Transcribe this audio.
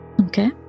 Okay